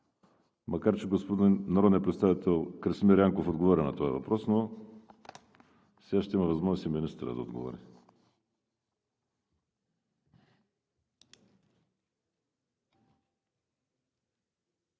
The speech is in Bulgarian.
Макар че народният представител Красимир Янков отговори на този въпрос, но сега ще има възможност и министърът да отговори.